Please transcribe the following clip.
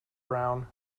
brown